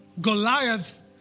Goliath